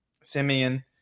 Simeon